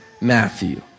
Matthew